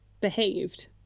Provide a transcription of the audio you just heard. behaved